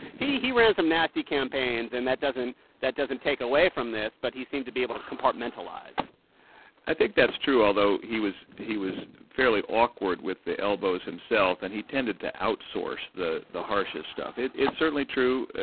he he ran some nasty campaigns. and that doesn't that doesn't take away from this, but he seemed to be able to compartmentalize i think that's true, although he was he was fairly awkward with the elbows himself, and he tended to outsource outsource the harshest stuff. it's certainly true.